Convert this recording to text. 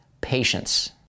patience